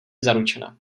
zaručena